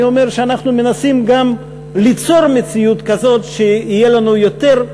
אני אומר שאנחנו מנסים גם ליצור מציאות כזו שיהיה לנו יותר,